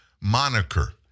moniker